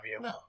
No